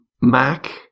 Mac